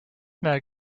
man